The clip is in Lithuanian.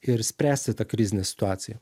ir spręsti tą krizinę situaciją